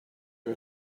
you